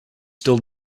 still